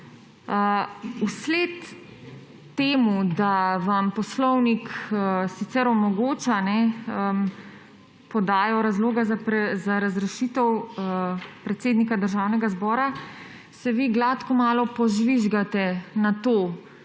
Vsled temu da vam Poslovnik sicer omogoča podajo razloga za razrešitev predsednika Državnega zbora, se vi gladko malo požvižgate na to,